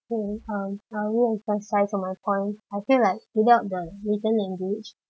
okay um I'll re-emphasise my point I feel like without the written language